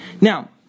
Now